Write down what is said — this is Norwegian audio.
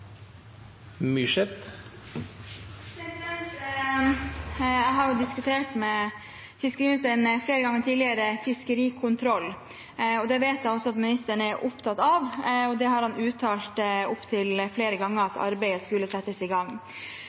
replikkordskifte. Jeg har flere ganger tidligere diskutert fiskerikontroll med fiskeriministeren. Det vet jeg at også ministeren er opptatt av, og han har uttalt opptil flere ganger at arbeidet skulle settes i gang.